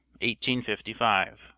1855